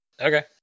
Okay